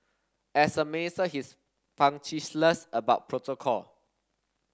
as a minister he's punctilious about protocol